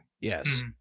Yes